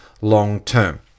long-term